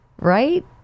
Right